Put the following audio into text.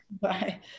bye